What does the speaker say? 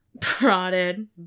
prodded